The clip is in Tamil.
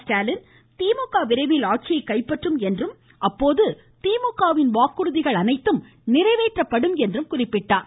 ஸ்டாலின் திமுக விரைவில் ஆட்சியை கைப்பற்றும் என்றும் அப்போது திமுகவின் வாக்குறுதிகள் அனைத்தும் நிறைவேற்றப்படும் என்றும் குறிப்பிட்டார்